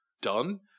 done